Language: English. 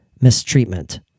mistreatment